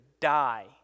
die